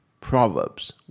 Proverbs